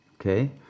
Okay